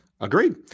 Agreed